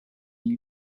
you